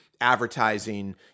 advertising